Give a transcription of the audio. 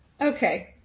Okay